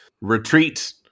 retreat